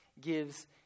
gives